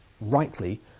rightly